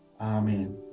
Amen